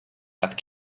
but